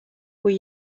were